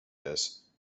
hiss